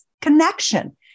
connection